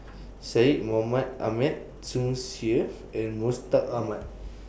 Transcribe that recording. Syed Mohamed Ahmed Tsung Yeh and Mustaq Ahmad